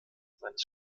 seines